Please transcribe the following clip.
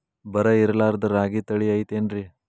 ಬರ ಇರಲಾರದ್ ರಾಗಿ ತಳಿ ಐತೇನ್ರಿ?